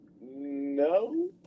no